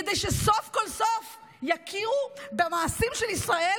כדי שסוף כל סוף יכירו במעשים של ישראל